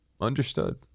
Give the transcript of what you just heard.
understood